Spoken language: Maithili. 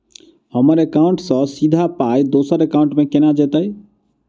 हम्मर एकाउन्ट सँ सीधा पाई दोसर एकाउंट मे केना जेतय?